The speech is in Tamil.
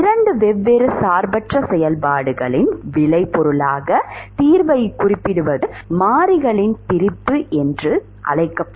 2 வெவ்வேறு சார்பற்ற செயல்பாடுகளின் விளைபொருளாக தீர்வைக் குறிப்பிடுவது மாறிகளின் பிரிப்பு எனப்படும்